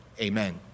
amen